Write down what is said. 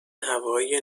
هوایی